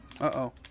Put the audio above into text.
Uh-oh